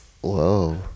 Whoa